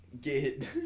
get